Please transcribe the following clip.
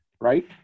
right